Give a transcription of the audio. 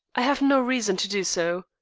i have no reason to do so.